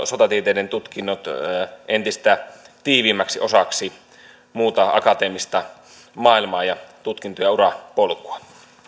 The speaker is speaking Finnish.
sotatieteiden tutkinnot entistä tiiviimmäksi osaksi muuta akateemista maailmaa ja tutkinto ja urapolkua